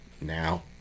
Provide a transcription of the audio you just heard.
now